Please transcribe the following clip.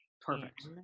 Perfect